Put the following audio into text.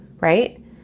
right